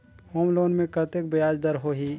Home loan मे कतेक ब्याज दर होही?